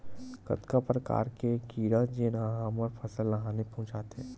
कतका प्रकार के कीड़ा जेन ह हमर फसल ल हानि पहुंचाथे?